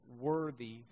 worthy